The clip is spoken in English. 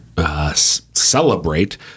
Celebrate